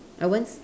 I won't s~